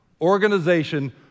organization